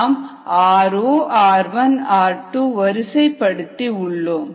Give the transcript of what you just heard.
நாம் r0r1r2 வரிசைப்படுத்தி உள்ளோம்